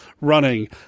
running